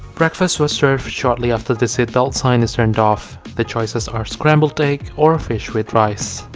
breakfast was served shortly after the seat belt sign is turned off the choices are scrambled egg or fish with rice